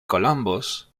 columbus